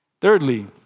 Thirdly